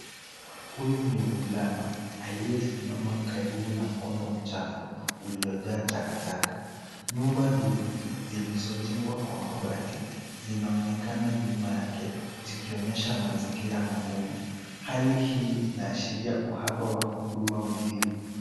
Huyu ni mvulana, aliyesimama karibu na mkondo mchafu uliojaa takataka. Nyumba duni zilizojengwa Kwa mabati zinaonekana nyuma yake zikionyesha mazingira magumu. Hali hii inaashiria uhaba wa huduma muhimu.